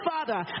Father